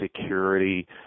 security